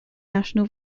national